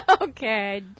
Okay